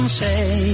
say